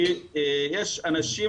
כי יש אנשים,